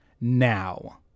now